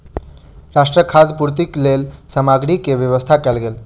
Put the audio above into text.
राष्ट्रक खाद्य पूर्तिक लेल सामग्री के व्यवस्था कयल गेल